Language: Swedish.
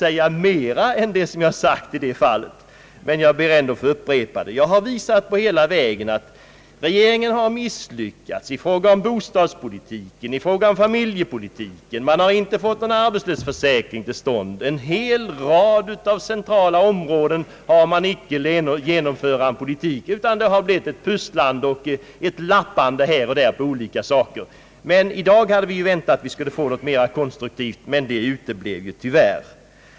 Jag ber ändå att få upprepa det. Jag har på punkt efter punkt visat att regeringen har misslyckats — i fråga om bostadspolitiken, i fråga om familjepolitiken, genom att man inte fått någon arbetslöshetsförsäkring till stånd, etc. På en hel rad centrala områden har man icke genomfört någon genomtänkt samordnad politik, utan det har blivit ett pusslande och lappande här och där. I dag hade vi väntat få höra något mer konstruktivt. Det uteblev tyvärr.